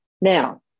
Now